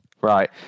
Right